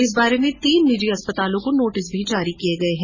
इस बारे में तीन निजी अस्पतालों को नोटिस भी जारी किये गये हैं